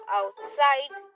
outside